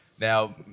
Now